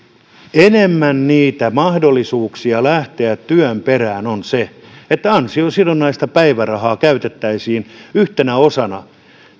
enemmän niitä mahdollisuuksia lähteä työn perään on se että ansiosidonnaista päivärahaa käytettäisiin yhtenä osana